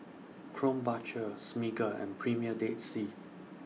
Krombacher Smiggle and Premier Dead Sea